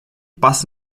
pas